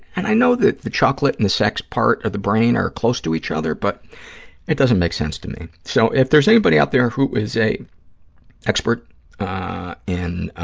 and i know that the chocolate and the sex part of the brain are close to each other, but it doesn't make sense to me. so, if there's anybody out there who is an expert in